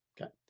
Okay